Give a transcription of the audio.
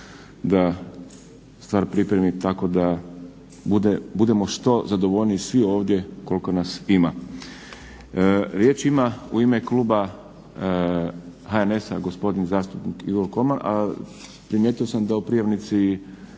da stvar pripremi tako da budemo što zadovoljniji svi ovdje koliko nas ima. Riječ ima u ime kluba HNS-a gospodin zastupnik Igor Kolman, a primijetio sam da u prijavnici